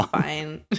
Fine